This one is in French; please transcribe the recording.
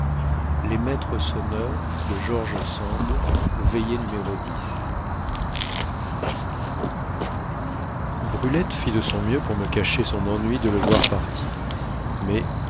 veillée brulette fit de son mieux pour me cacher son ennui de le voir partir mais